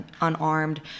unarmed